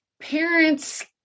parents